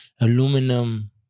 aluminum